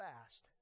fast